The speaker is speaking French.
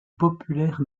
populaire